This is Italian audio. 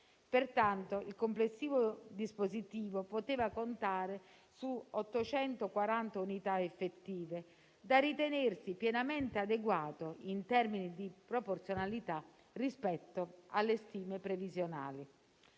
Pertanto, il complessivo dispositivo poteva contare su 840 unità effettive da ritenersi pienamente adeguato in termini di proporzionalità rispetto alle stime previsionali.